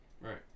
Right